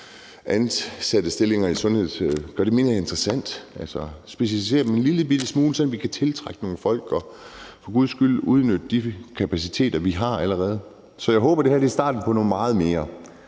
mindre stillinger i sundhedsvæsenet mere interessante, altså specialisere dem en lillebitte smule og se, om vi kan tiltrække nogle folk og for guds skyld udnytte de kapaciteter, vi allerede har. Så jeg håber, at det her er starten på meget mere